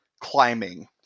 climbing